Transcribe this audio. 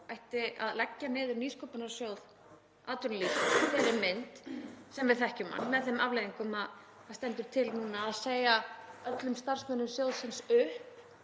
ætti að leggja niður Nýsköpunarsjóð atvinnulífsins í þeirri mynd sem við þekkjum hann með þeim afleiðingum að það stendur til núna að segja öllum starfsmönnum sjóðsins upp.